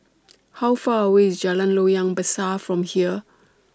How Far away IS Jalan Loyang Besar from here